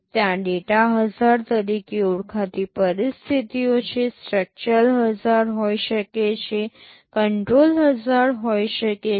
ત્યાં data hazard તરીકે ઓળખાતી પરિસ્થિતિઓ છે સ્ટ્રક્ચરલ હઝાર્ડ હોઈ શકે છે કંટ્રોલ હઝાર્ડ હોઈ શકે છે